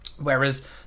Whereas